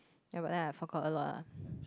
ya but then I forgot a lot ah